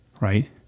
right